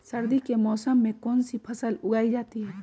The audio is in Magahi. सर्दी के मौसम में कौन सी फसल उगाई जाती है?